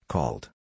Called